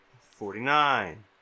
forty-nine